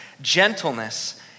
gentleness